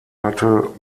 hatte